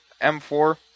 M4